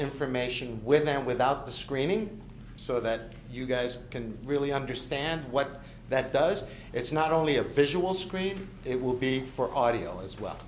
information with them without the screaming so that you guys can really understand what that does it's not only a visual screen it will be for audio as well